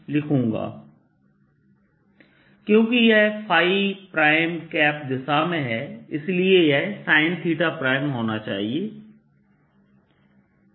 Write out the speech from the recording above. ds क्योंकि यह दिशा में है इसलिए यह sin होना चाहिए